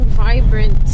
vibrant